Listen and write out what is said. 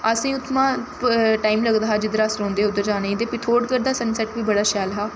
असें गी उत्थुआं टाइम लगदा हा अस जिद्धर अस रौंह्दे हे उद्धर जाने गी ते पिथोरगढ़ दा सन सैट्ट बी बड़ा शैल हा